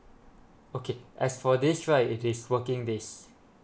okay as for this right it is working days